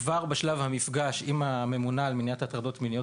כבר בשלב המפגש עם הממונה על מניעת הטרדות מיניות